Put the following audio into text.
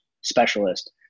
Specialist